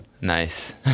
nice